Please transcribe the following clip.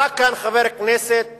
עלה כאן חבר הכנסת